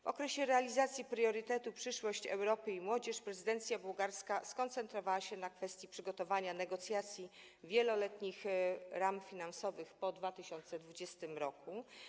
W zakresie realizacji priorytetu: przyszłość Europy i młodzież prezydencja bułgarska skoncentrowała się na kwestii przygotowania negocjacji wieloletnich ram finansowych po 2020 r.